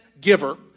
giver